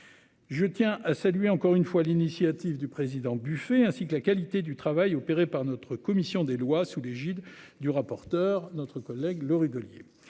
Je tiens à saluer encore une fois à l'initiative du président buffet ainsi que la qualité du travail opéré par notre commission des lois sous l'égide du rapporteur notre collègue Le régulier.